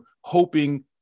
hoping